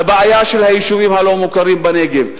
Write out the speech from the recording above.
לבעיה של היישובים הלא-מוכרים בנגב.